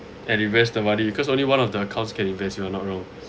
and invest the money because only one of the accounts can invest if I'm not wrong